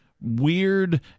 weird